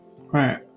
Right